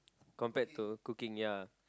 compared to cooking ya